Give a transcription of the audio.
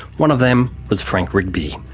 one of them was frank rigby.